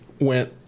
went